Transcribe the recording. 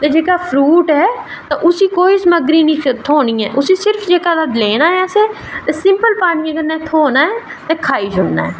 ते जेह्का फ्रूट ऐ उसी कोई बी समग्री निं थ्होनी ऐ ते उसी जेह्का लैना ऐ असें ते सिंपल पानियै कन्नै धोना ऐ असें ते खाई छोड़ना ऐ